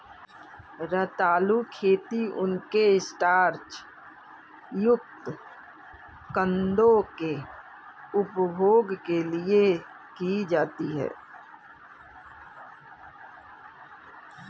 रतालू खेती उनके स्टार्च युक्त कंदों के उपभोग के लिए की जाती है